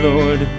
Lord